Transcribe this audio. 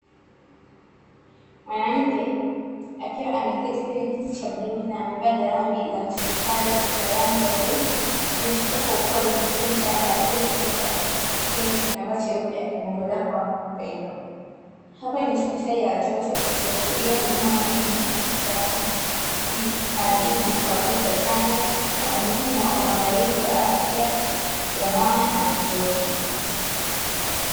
Mwanamke akiwa ameketi kwenye kiti cha bluu na amevaa gauni la hospitali la rangi ya bluu, akimshika kwa upole mtoto mchanga aliefungwa kwenye kitambaa cheupe akimuangalia kwa upendo. Hapa ni hospitali ya watoto, ikiashiria huduma muhimu za kitabibu kwa watoto wachanga na umuhimu wa uangalizi wa afya ya mama na mtoto.